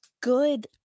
good